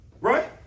Right